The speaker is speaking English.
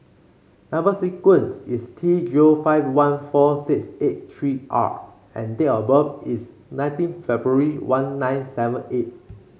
number sequence is T zero five one four six eight three R and date of birth is nineteen February one nine seven eight